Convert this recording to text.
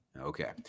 Okay